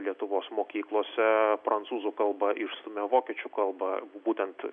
lietuvos mokyklose prancūzų kalba išstumia vokiečių kalbą būtent